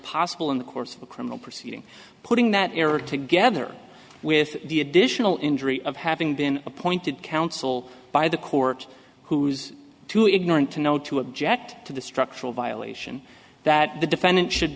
possible in the course of a criminal proceeding putting that error together with the additional injury of having been appointed counsel by the court who's too ignorant to know to object to the structural violation that the defendant should